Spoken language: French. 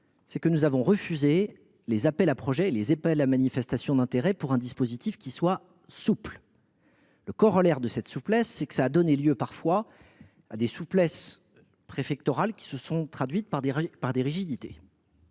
est que nous avons refusé les appels à projets et les appels à manifestation d’intérêt, afin que le dispositif soit souple. Corollaire de cette souplesse, cela a donné lieu parfois à des souplesses préfectorales qui se sont traduites par des rigidités…